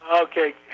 Okay